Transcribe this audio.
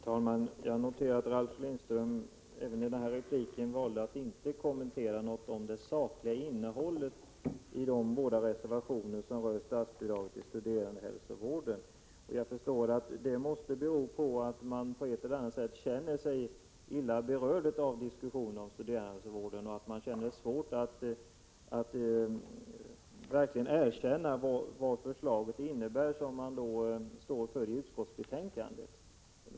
Herr talman! Jag noterar att Ralf Lindström även i denna replik valde att inte kommentera det sakliga innehållet i de båda reservationer som gäller statsbidraget till studerandehälsovården. Det måste bero på att han på ett eller annat sätt känner sig illa berörd av diskussionerna om studerandehälsovården och har svårt att erkänna vad förslaget i utskottsbetänkandet som han står bakom egentligen innebär.